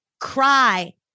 cry